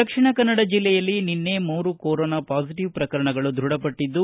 ದಕ್ಷಿಣ ಕನ್ನಡ ಜಿಲ್ಲೆಯಲ್ಲಿ ನಿನ್ನೆ ಮೂರು ಕೊರೋನಾ ಪಾಸಿಟಿವ್ ಪ್ರಕರಣಗಳು ದೃಢಪಟ್ಟದ್ದು